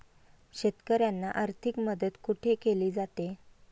शेतकऱ्यांना आर्थिक मदत कुठे केली जाते?